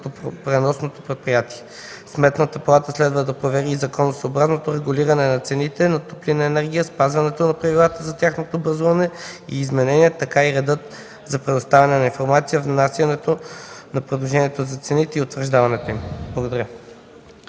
на топлопреносното предприятие. Сметната палата следва да провери и законосъобразното регулиране на цените на топлинна енергия, спазването на правилата за тяхното образуване и изменение, както и реда за предоставяне на информация, внасянето на предложенията за цените и утвърждаването им. Благодаря.